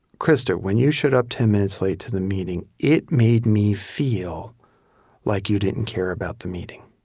krista, when you showed up ten minutes late to the meeting, it made me feel like you didn't care about the meeting